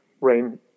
rain